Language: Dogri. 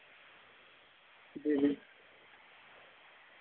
जी जी